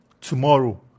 tomorrow